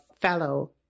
fellow